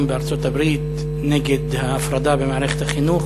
בארצות-הברית נגד ההפרדה במערכת החינוך.